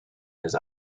his